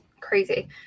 crazy